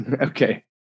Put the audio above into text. Okay